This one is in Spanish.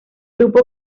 grupo